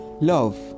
Love